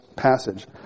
passage